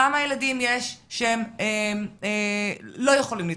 כמה ילדים יש שהם לא יכולים להתחסן?